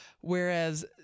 whereas